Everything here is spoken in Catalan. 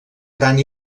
gran